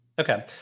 Okay